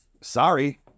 Sorry